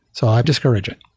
so i'm discouraging.